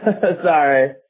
Sorry